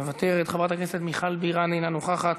מוותרת, חברת הכנסת מיכל בירן, אינה נוכחת,